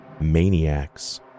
maniacs